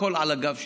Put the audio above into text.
הכול על הגב שלה.